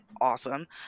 Awesome